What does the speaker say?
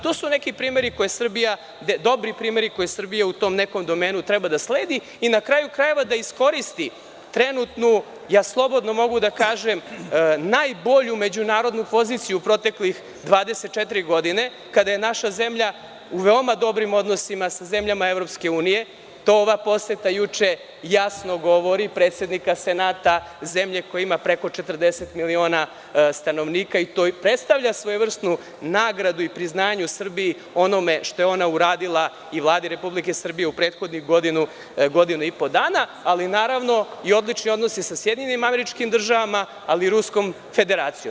To su neki primeri, dobri primeri koje Srbija u nekom tom domenu treba da sledi i na kraju krajeva, da ih iskoristi, odnosno trenutnu najbolju međunarodnu poziciju protekle 24 godine, kada je naša zemlja u veoma dobrim odnosima sa zemljama EU, a to ova poseta juče jasno govori, predsednika Senata zemlje koja ima preko 40 miliona stanovnika i to predstavlja svojevrsnu nagradu i priznanje u Srbiji onome što je ona uradila i Vladi Republike Srbije u prethodnih godinu i po dana, ali i odlični odnosi sa SAD i Ruskom Federacijom.